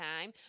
time